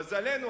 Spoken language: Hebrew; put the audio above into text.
למזלנו,